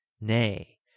nay